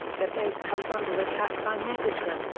the base comes under attack by megatron,